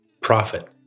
Profit